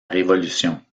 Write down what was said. révolution